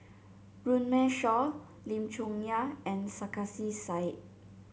Runme Shaw Lim Chong Yah and Sarkasi Said